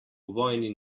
vojni